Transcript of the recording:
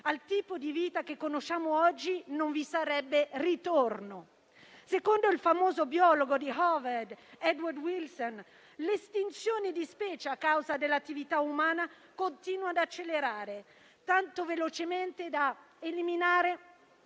Al tipo di vita che conosciamo oggi non vi sarebbe ritorno. Secondo il famoso biologo di Harvard Edward Wilson, l'estinzione di specie, a causa dell'attività umana, continua ad accelerare tanto velocemente da eliminare